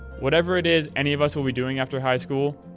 whatever it is any of us will be doing after high school,